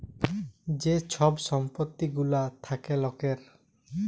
যে ছব সম্পত্তি গুলা থ্যাকে লকের